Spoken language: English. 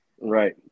Right